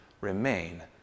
remain